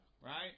Right